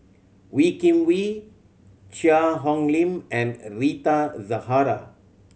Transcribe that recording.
Wee Kim Wee Cheang Hong Lim and Rita Zahara